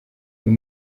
uyu